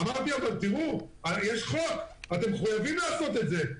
אמרתי להם: אבל יש חוק ואתם מחויבים לעשות את זה.